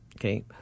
okay